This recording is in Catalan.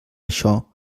això